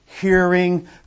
hearing